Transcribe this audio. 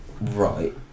Right